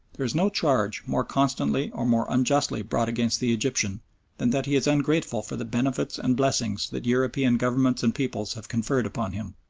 there is no charge more constantly or more unjustly brought against the egyptian than that he is ungrateful for the benefits and blessings that european governments and peoples have conferred upon him.